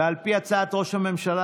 ועל פי הצעת ראש הממשלה,